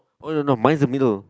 oh no no mine is the middle